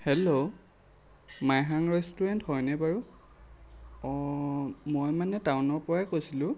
hello Maihang restaurant হয়নে বাৰু হয় মই মানে টাউনৰ পৰাই কৈছিলোঁ